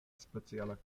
speciala